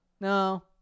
No